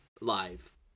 live